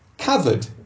covered